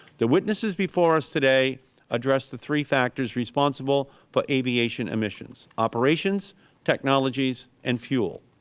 the witnesses before us today address the three factors responsible for aviation emissions, operations technologies and fuel.